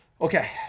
okay